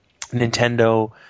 Nintendo